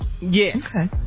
Yes